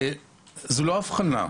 אסורה בכל תהליך ההיריון.